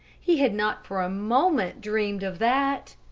he had not for a moment dreamed of that.